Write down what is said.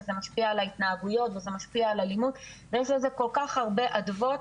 וזה משפיע על ההתנהגויות וזה משפיע על הלימוד ויש לזה כל כך הרבה אדוות,